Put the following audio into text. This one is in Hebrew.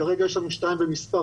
כרגע יש לנו שתיים במספר,